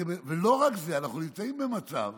ולא רק זה, אנחנו נמצאים במצב